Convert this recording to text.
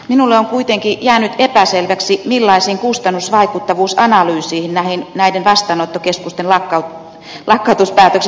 minulle on kuitenkin jäänyt epäselväksi millaisiin kustannusvaikuttavuusanalyyseihin näiden vastaanottokeskusten lakkautuspäätökset perustuivat